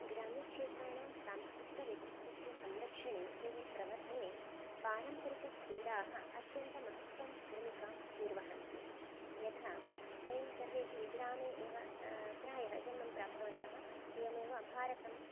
ग्राम्यक्षेत्राणां सांस्कृतिकव्यक्तित्वस्य संरक्षणे एवं प्रवर्धने पारम्परिकक्रीडाः अत्यन्तमहत्वं भूमिकां निर्वहन्ति यथा वयं सर्वेपि ग्रामे एव प्रायः जन्मं प्राप्तवन्तः एवमेव भारतं